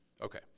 okay